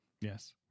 Yes